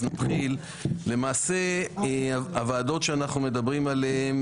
למעשה הוועדות שאנחנו מדברים עליהן